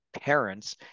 parents